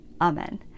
amen